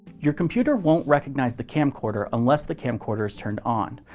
your computer won't recognize the camcorder unless the camcorder is turned on,